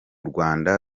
rwanda